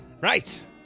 Right